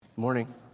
Morning